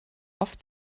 oft